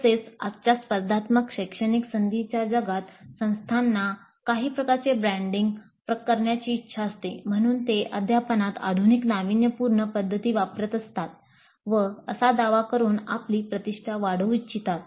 तसेच आजच्या स्पर्धात्मक शैक्षणिक संधींच्या जगात संस्थांना काही प्रकारचे ब्रांडिंग करण्याची इच्छा असते म्हणूनच ते अध्यापनात आधुनिक नाविन्यपूर्ण पद्धती वापरत असतात व असा दावा करून आपली प्रतिष्ठा वाढवू इच्छितात